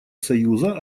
союза